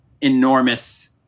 enormous